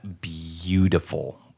beautiful